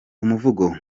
umuvugo